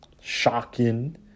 shocking